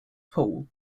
paul